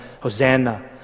Hosanna